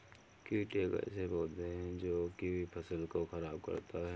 कीट एक ऐसा पौधा है जो की फसल को खराब करता है